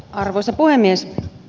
arvoisa puhemies